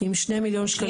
עם שני מיליון שקלים.